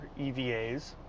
EVAs